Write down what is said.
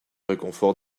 réconfort